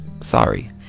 sorry